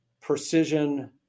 precision